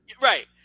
Right